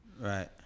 Right